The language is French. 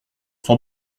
s’en